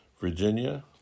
Virginia